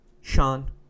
Sean